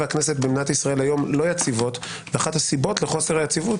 הממשלה והכנסת היום לא יציבות ואחת הסיבות לחוסר היציבות